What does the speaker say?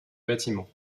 bâtiment